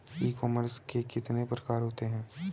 ई commerce के कितने प्रकार होते हैं?